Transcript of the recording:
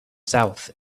south